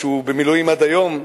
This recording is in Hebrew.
שהוא במילואים עד היום,